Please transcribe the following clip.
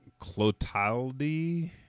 Clotaldi